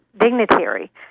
dignitary